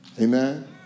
Amen